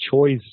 choice